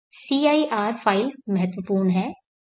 svpwmcir file महत्वपूर्ण है